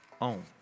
own